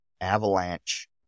Avalanche